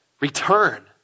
Return